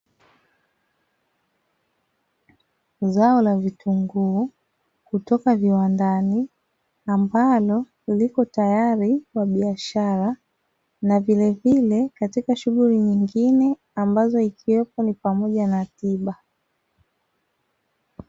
Zao la vitunguu kutoka viwandani ambalo lipo tayari kwa biashara na vilevile katika shughuli nyingine ambayo ikiwepo pamoja na tiba.